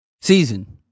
season